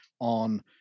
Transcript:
on